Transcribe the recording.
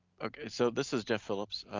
so this is jeff phillips.